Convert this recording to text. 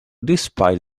despite